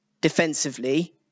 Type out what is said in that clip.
defensively